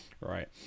right